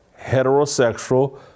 heterosexual